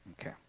Okay